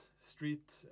street